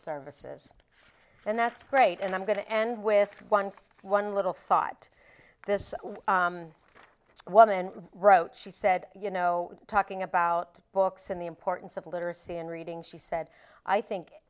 services and that's great and i'm going to end with one little thought this woman wrote she said you know talking about books and the importance of literacy and reading she said i think